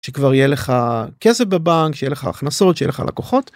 שכבר יהיה לך כסף בבנק, שיהיה לך הכנסות, שיהיה לך לקוחות.